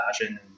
passion